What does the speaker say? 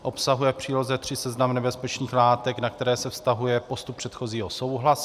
Obsahuje v příloze III seznam nebezpečných látek, na které se vztahuje postup předchozího souhlasu.